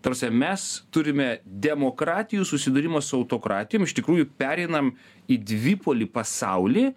ta prasme mes turime demokratijų susidūrimą su autokratijom iš tikrųjų pereinam į dvipolį pasaulį